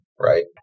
right